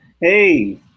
Hey